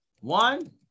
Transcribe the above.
one